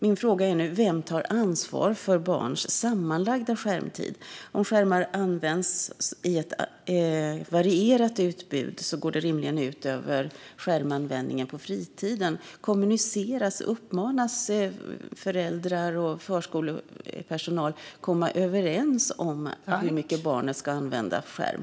Min fråga är: Vem tar ansvar för barns sammanlagda skärmtid? Om skärmar används i ett varierat utbud i förskolan går det rimligen ut över skärmanvändningen på fritiden. Uppmanas föräldrar och förskolepersonal att komma överens hur mycket barnet ska använda skärm?